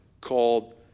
called